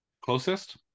Closest